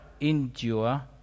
endure